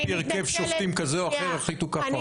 ועל פי הרכב שופטים כזה או אחר יחליטו ככה.